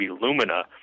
Lumina